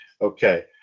Okay